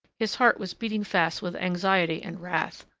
his heart was beating fast with anxiety and wrath,